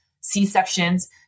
C-sections